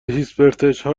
هیپسترها